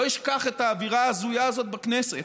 לא אשכח את האווירה ההזויה הזאת בכנסת,